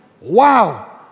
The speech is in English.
wow